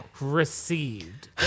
received